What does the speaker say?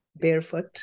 barefoot